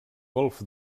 golf